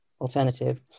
alternative